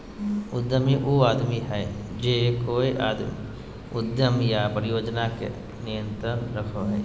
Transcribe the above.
उद्यमी उ आदमी हइ जे कोय उद्यम या परियोजना पर नियंत्रण रखो हइ